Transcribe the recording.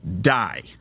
die